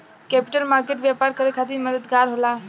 capital market व्यापार करे खातिर मददगार होला